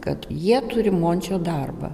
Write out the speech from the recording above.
kad jie turi mončio darbą